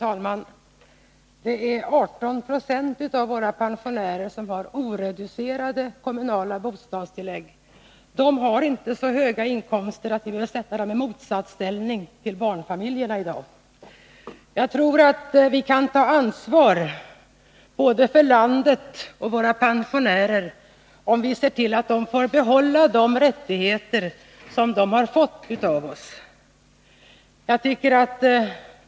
Fru talman! Det är 18 20 av våra pensionärer som har oreducerade kommunala bostadstillägg. De har inte så höga inkomster att vi kan sätta dem i motsatsställning till barnfamiljerna i dag. Jag tror att vi kan ta ansvar både för landet och för våra pensionärer, om vi ser till att de får behålla de rättigheter som de har fått av oss.